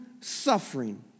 suffering